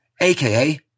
aka